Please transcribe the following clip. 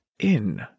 in